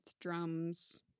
drums